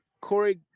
Corey